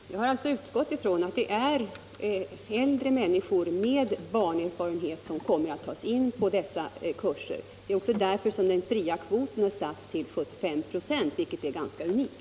Herr talman! Jag har utgått från att det är äldre människor med barnerfarenhet som kommer att tas in i dessa kurser, och det är också därför som den fria kvoten har satts till 75 96 vilket är unikt.